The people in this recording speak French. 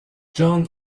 john